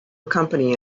accompany